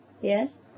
yes